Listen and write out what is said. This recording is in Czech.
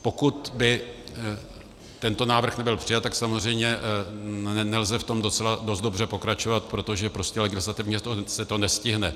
Pokud by tento návrh nebyl přijat, tak samozřejmě nelze v tom docela dost dobře pokračovat, protože prostě legislativně se to nestihne.